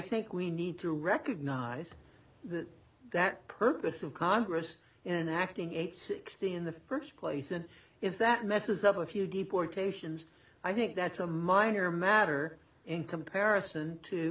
think we need to recognize that that purpose of congress in acting eight sixteen in the first place and if that messes up a few deportations i think that's a minor matter in comparison to